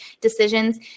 decisions